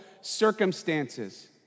circumstances